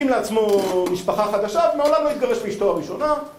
לעצמו משפחה חדשה, ומעולם לא התגרש מאשתו הראשונה